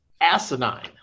asinine